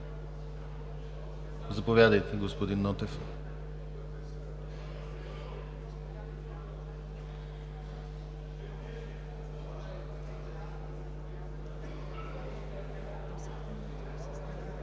Заповядайте, господин Нотев.